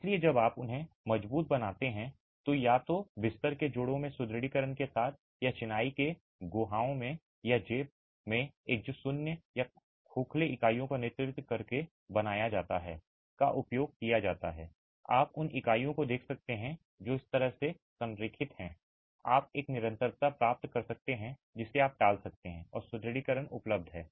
इसलिए जब आप उन्हें मजबूत बनाते हैं तो या तो बिस्तर के जोड़ों में सुदृढीकरण के साथ या चिनाई के बीच गुहाओं में या एक जेब में जो एक शून्य या खोखले इकाइयों का नेतृत्व करके बनाया जाता है का उपयोग किया जाता है आप उन इकाइयों को देख सकते हैं जो इस तरह से संरेखित हैं आप एक निरंतरता प्राप्त कर सकते हैं जिसे आप टाल सकते हैं और सुदृढीकरण उपलब्ध है